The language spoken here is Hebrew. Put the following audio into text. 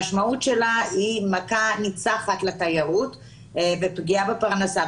המשמעות שלה היא מכה ניצחת לתיירות ופגיעה בפרנסה.